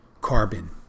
carbon